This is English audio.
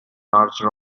large